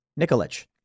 Nikolich